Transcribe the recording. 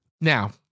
Now